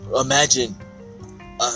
imagine